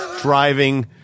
driving –